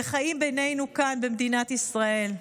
וחיים בינינו כאן במדינת ישראל.